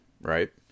right